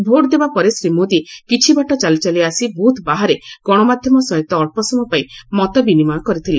vote ଦେବା ପରେ ଶ୍ରୀ ମୋଦି କିଛିବାଟ ଚାଲିଚାଲି ଆସି ବୁଥ୍ ବାହାରେ ଗଣମାଧ୍ୟମ ସହିତ ଅଳ୍ପସମୟ ପାଇଁ ମତବିନିମୟ କରିଥିଲେ